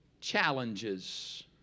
challenges